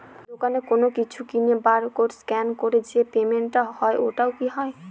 দোকানে কোনো কিছু কিনে বার কোড স্ক্যান করে যে পেমেন্ট টা হয় ওইটাও কি হয়?